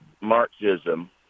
Marxism